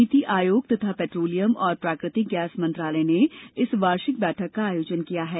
नीति आयोग तथा पैट्रोलियम और प्राकृतिक गैस मंत्रालय ने इस वार्षिक बैठक का आयोजन किया है